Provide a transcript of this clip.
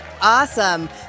Awesome